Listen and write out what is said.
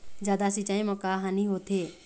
जादा सिचाई म का हानी होथे?